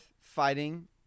fighting